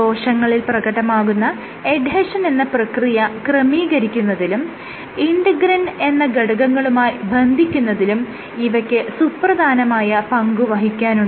കോശങ്ങളിൽ പ്രകടമാകുന്ന എഡ്ഹെഷൻ എന്ന പ്രക്രിയ ക്രമീകരിക്കുന്നതിലും ഇന്റെഗ്രിൻ എന്ന ഘടകങ്ങളുമായി ബന്ധിക്കുന്നതിലും ഇവയ്ക്ക് സുപ്രധാനമായ പങ്കുവഹിക്കാനുണ്ട്